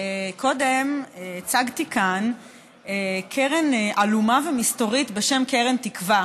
קודם הצגתי כאן קרן עלומה ומסתורית בשם "קרן תקווה",